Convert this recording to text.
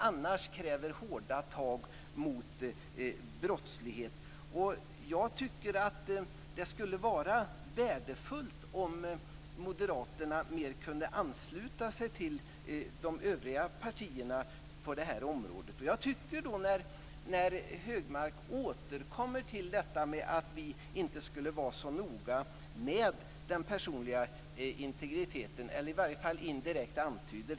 Annars kräver man hårda tag mot brottsligheten. Det vore värdefullt om moderaterna på det här området kunde ansluta sig till de övriga partierna. Högmark återkommer till detta med att vi inte skulle vara så noga med den personliga integriteten - det är i alla fall vad han indirekt antyder.